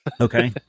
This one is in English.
Okay